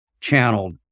channeled